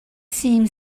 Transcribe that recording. seemed